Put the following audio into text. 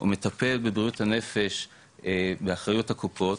הוא מטפל בבריאות הנפש, באחריות הקופות